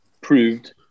proved